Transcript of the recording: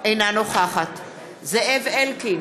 רוברט אילטוב,